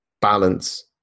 balance